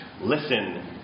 listen